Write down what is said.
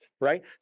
right